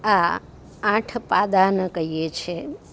આ આઠ પાદાન કહીએ છે